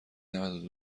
نود